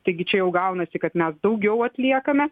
taigi čia jau gaunasi kad mes daugiau atliekame